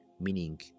meaning